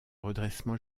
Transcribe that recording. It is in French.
redressement